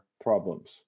problems